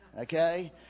Okay